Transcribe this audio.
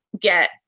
get